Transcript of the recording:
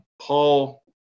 paul